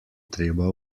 treba